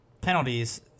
Penalties